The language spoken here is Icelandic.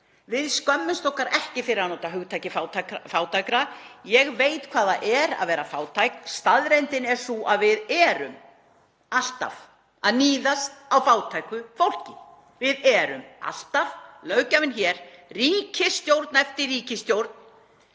Við skömmumst okkar ekki fyrir að nota það hugtak, ég veit hvað það er að vera fátæk. Staðreyndin er sú að við erum alltaf að níðast á fátæku fólki. Við erum alltaf, löggjafinn hér, ríkisstjórn eftir ríkisstjórn,